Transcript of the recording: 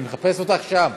אני מחפש אותך שם.